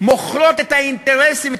מוכרות את האינטרסים,